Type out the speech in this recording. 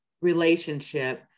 relationship